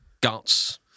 guts